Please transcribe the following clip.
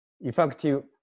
effective